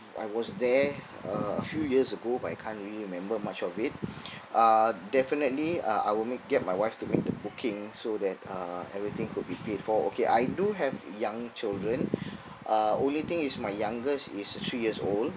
I was there uh a few years ago but I can't really remember much of it uh definitely uh I will make get my wife to make the booking so that uh everything could be paid for okay I do have young children uh only thing is my youngest is three years old